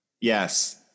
Yes